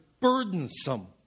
burdensome